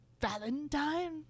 Valentine